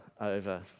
over